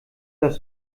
das